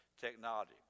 technology